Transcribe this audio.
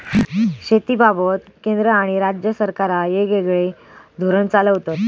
शेतीबाबत केंद्र आणि राज्य सरकारा येगयेगळे धोरण चालवतत